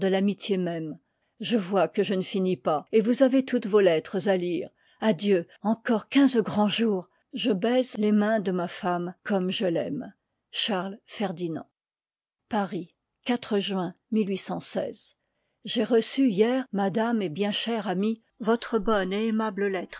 l'amitié même je vois que je ne finis pas et vous avez toutes vos lettres à lire adieu encore quinze grands jours je baise les mains de ma femme comme je l'aime charles ferdinand paris juin liy j'ai reçu hier madame et bien chère amie votre bonne et aimable